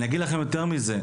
אני אגיד לכם יותר מזה,